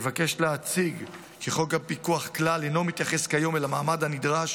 אני מבקש להציג: חוק הפיקוח היום אינו מתייחס כלל למעמד הנדרש